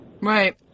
Right